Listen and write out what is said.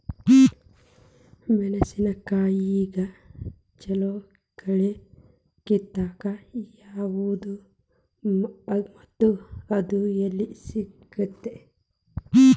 ಮೆಣಸಿನಕಾಯಿಗ ಛಲೋ ಕಳಿ ಕಿತ್ತಾಕ್ ಯಾವ್ದು ಮತ್ತ ಅದ ಎಲ್ಲಿ ಸಿಗ್ತೆತಿ?